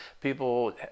People